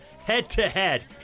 head-to-head